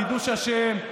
קידוש השם,